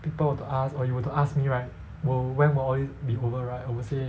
people were to ask or you were to ask me right will when will all these be over right I would say